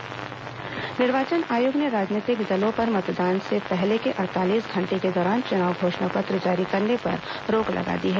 निर्वाचन आयोग चुनाव घोषणा पत्र निर्वाचन आयोग ने राजनीतिक दलों पर मतदान से पहले के अड़तालीस घंटे के दौरान चुनाव घोषणा पत्र जारी करने पर रोक लगा दी है